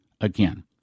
again